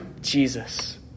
Jesus